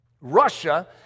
Russia